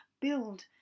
build